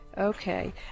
Okay